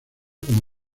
como